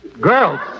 Girls